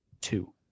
two